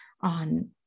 on